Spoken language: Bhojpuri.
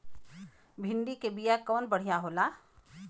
भिंडी के बिया कवन बढ़ियां होला?